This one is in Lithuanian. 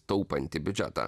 taupantį biudžetą